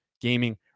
gaming